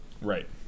right